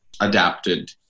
adapted